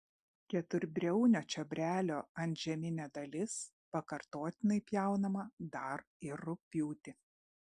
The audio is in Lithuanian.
keturbriaunio čiobrelio antžeminė dalis pakartotinai pjaunama dar ir rugpjūtį